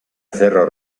cerro